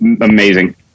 amazing